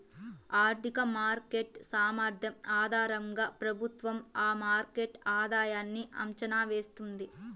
ఆర్థిక మార్కెట్ సామర్థ్యం ఆధారంగా ప్రభుత్వం ఆ మార్కెట్ ఆధాయన్ని అంచనా వేస్తుంది